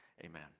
Amen